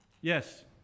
Yes